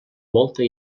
molta